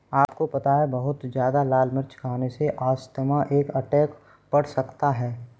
आपको पता है बहुत ज्यादा लाल मिर्च खाने से अस्थमा का अटैक पड़ सकता है?